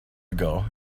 ago